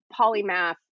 polymath